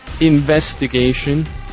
investigation